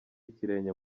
ikirenge